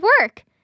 work